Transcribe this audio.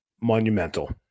monumental